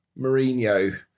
Mourinho